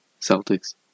Celtics